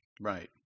Right